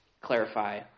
clarify